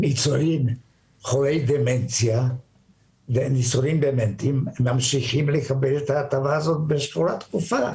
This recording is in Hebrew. שניצולים חולי דמנציה ממשיכים לקבל את ההטבה הזאת בצורה תכופה.